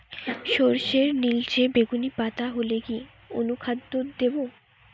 সরর্ষের নিলচে বেগুনি পাতা হলে কি অনুখাদ্য দেবো?